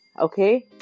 Okay